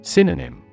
Synonym